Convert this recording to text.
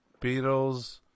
Beatles